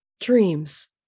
dreams